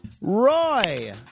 Roy